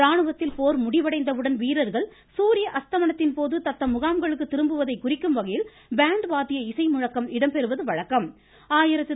இராணுவத்தில் போர் முடிவடைந்தவுடன் வீரர்கள் சூரிய அஸ்தமனத்தின் போது தத்தம் முகாம்களுக்கு திரும்புவதை குறிக்கும் வகையில் பேண்ட் வாத்திய இசை முழக்கம் இடம்பெறுவது வழக்கம்